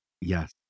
Yes